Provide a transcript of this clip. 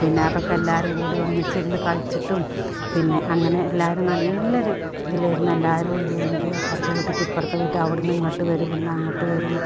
പിന്നെ അതൊക്കെ എല്ലാവരും കൂടി ഒന്നിച്ചിരുന്ന് കഴിച്ചിട്ടും പിന്നെ അങ്ങനെ എല്ലാവരും നല്ലൊര് ഇതിലായിരുന്നു എല്ലാവരും നീന്തുക അപ്പുറത്തെ വീട്ടിലേക്കും ഇപ്പുറത്തെ വീട്ട് അവിടുന്ന് ഇങ്ങോട്ട് വരും പിന്നെ അങ്ങോട്ട് വരും